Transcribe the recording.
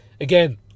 again